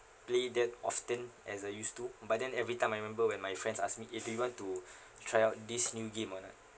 play that often as I used to but then everytime I remember when my friends ask me if you want to try out this new game or not